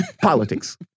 politics